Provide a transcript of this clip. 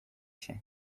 się